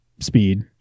speed